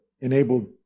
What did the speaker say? enabled